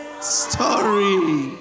story